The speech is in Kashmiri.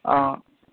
آ